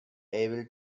able